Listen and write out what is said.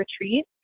retreat